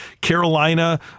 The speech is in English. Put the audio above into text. Carolina